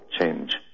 change